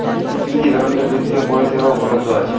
কি কি ধরনের বৃত্তিয় পরিসেবা উপলব্ধ আছে?